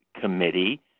Committee